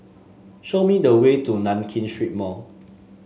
show me the way to Nankin Street Mall